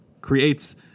creates